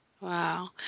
Wow